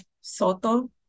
Soto